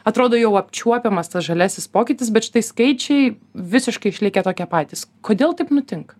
atrodo jau apčiuopiamas tas žaliasis pokytis bet štai skaičiai visiškai išlikę tokie patys kodėl taip nutinka